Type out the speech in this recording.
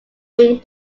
being